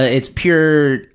ah it's pure,